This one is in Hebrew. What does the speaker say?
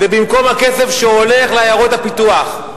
ובמקום הכסף שהולך לעיירות הפיתוח.